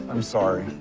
i'm sorry.